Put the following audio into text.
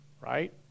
Right